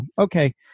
okay